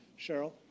Cheryl